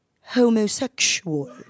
homosexual